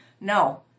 No